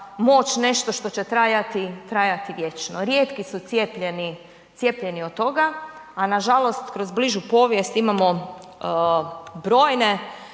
moć nešto što će trajati, trajati vječno. Rijetki su cijepljeni od toga, a nažalost kroz bližu povijest imamo brojne